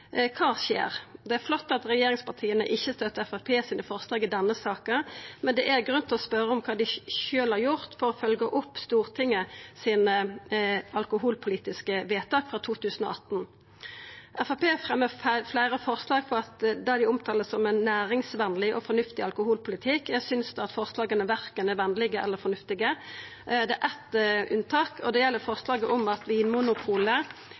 Kva skjer? Det er flott at regjeringspartia ikkje støttar Framstegspartiet sine forslag i denne saka, men det er grunn til å spørja om kva dei sjølve har gjort for å følgja opp Stortinget sine alkoholpolitiske vedtak frå 2018. Framstegspartiet fremjar fleire forslag som dei omtaler som ein næringsvenleg og fornuftig alkoholpolitikk. Eg synest at forslaga verken er venlege eller fornuftige. Det er eitt unntak, og det gjeld forslaget om at